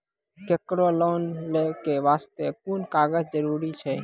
केकरो लोन लै के बास्ते कुन कागज जरूरी छै?